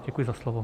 Děkuji za slovo.